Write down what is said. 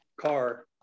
car